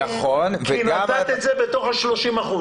כי נתת את זה בתוך ה-30%.